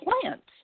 plants